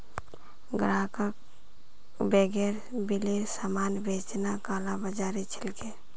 ग्राहकक बेगैर बिलेर सामान बेचना कालाबाज़ारी छिके